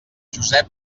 josep